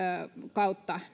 kautta